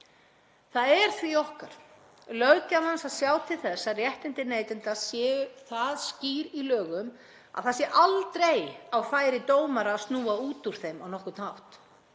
Það er því okkar, löggjafans, að sjá til þess að réttindi neytenda séu svo skýr í lögum að það sé aldrei á færi dómara að snúa út úr þeim á nokkurn hátt.